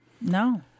No